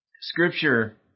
Scripture